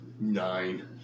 Nine